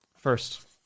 First